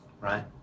right